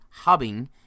hubbing